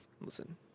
listen